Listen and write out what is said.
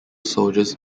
soldiers